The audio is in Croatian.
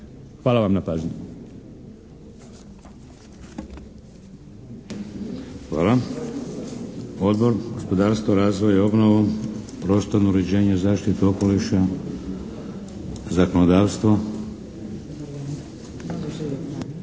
Hvala vam na pažnji.